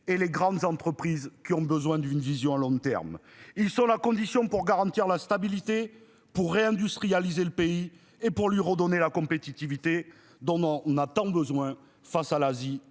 et les grandes entreprises qui ont besoin d'une vision à long terme. Ils sont la condition pour garantir la stabilité pour réindustrialiser le pays et pour lui redonner la compétitivité dont dont on a tant besoin face à l'Asie